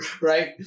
right